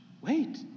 Wait